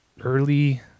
Early